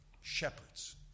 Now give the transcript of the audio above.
shepherds